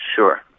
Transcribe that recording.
Sure